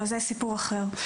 אבל זה סיפור אחר.